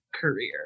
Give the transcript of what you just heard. career